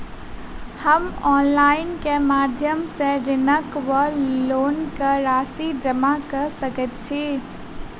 हम ऑनलाइन केँ माध्यम सँ ऋणक वा लोनक राशि जमा कऽ सकैत छी?